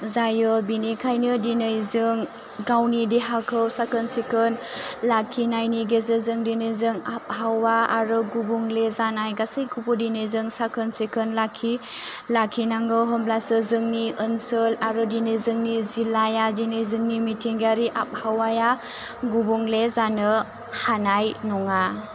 जायो बिनिखायनो दिनै जों गावनि देहाखौ साखोन सिखोन लाखिनायनि गेजेरजों दिनै जों आबहावा आरो गुबुंले जानाय गासैखौबो दिनै जों साखोन सिखोन लाखि लाखिनांगौ होमब्लासो जोंनि ओनसोल आरो दिनै जोंनि जिल्लाय दिनै जोंनि मिथिंगायारि आबहावाया गुबुंले जानो हानाय नङा